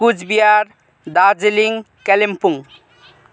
Cooch Behar Darjeeling Kalimpong